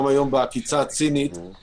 לא כתובה: לא בחוק חתימה אלקטרונית ולא פה.